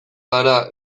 gara